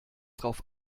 drauf